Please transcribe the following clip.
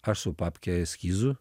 ar su papke eskizų